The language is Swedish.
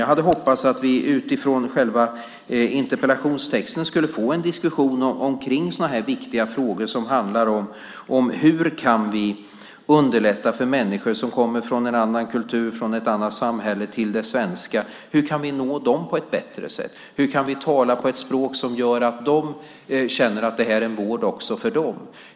Jag hade hoppats att vi utifrån själva interpellationstexten skulle få en diskussion om sådana här viktiga frågor som handlar om hur vi kan underlätta för människor som kommer från en annan kultur, ett annat samhälle, till det svenska. Hur kan vi nå dem på ett bättre sätt? Hur kan vi tala ett språk som gör att de känner att detta är en vård även för dem?